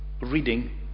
reading